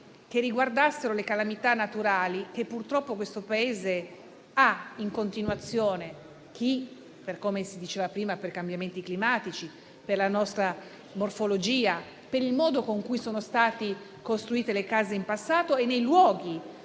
che riguardassero le calamità naturali che purtroppo questo Paese ha in continuazione a causa dei cambiamenti climatici, della nostra morfologia, del modo in cui sono state costruite le case in passato o dei luoghi